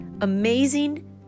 amazing